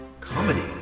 Comedy